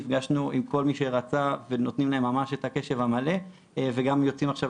נפגשנו עם כל מי שרצה ונותנים להם ממש את הקשב המלא וגם יוצאים עכשיו,